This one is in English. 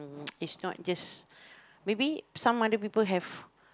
is not just maybe some other people have